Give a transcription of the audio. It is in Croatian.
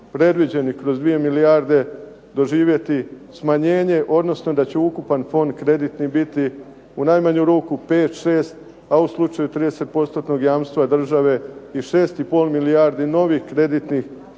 predviđenih kroz 2 milijarde doživjeti smanjenje, odnosno da će ukupan fond kreditni biti u najmanju ruku 5, 6, a u slučaju 30%-nog jamstva države i 6,5 milijardi novih kreditnih